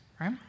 right